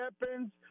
weapons